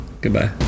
Goodbye